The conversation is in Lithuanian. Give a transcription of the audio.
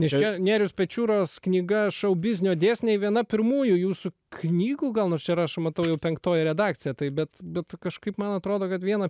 tai čia nėriaus pečiūros knyga šou biznio dėsniai viena pirmųjų jūsų knygų gal nors čia rašoma tau jau penktoji redakcija taip bet bet kažkaip man atrodo kad vieną